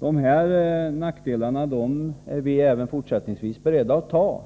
De här nackdelarna är vi även fortsättningsvis beredda att ta,